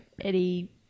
Eddie